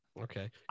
Okay